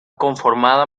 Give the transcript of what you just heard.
conformada